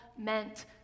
meant